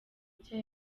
nshya